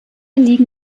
liegen